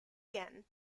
again